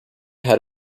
had